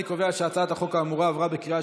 אני מצרף את חבר הכנסת איימן עודה,